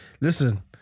Listen